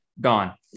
gone